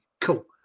Cool